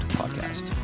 podcast